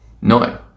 No